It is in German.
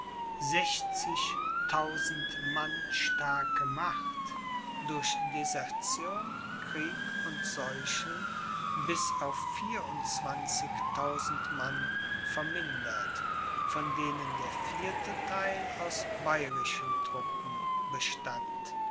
mann starke macht durch desertion krieg und seuchen bis auf vierundzwanzigtausend mann vermindert von denen der vierte theil aus bayerischen truppen bestand